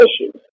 issues